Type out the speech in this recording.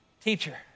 Teacher